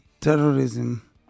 terrorism